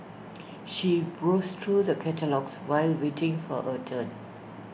she browsed through the catalogues while waiting for her turn